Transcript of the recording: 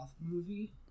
movie